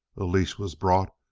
a leash was brought,